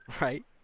Right